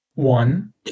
One